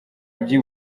by’i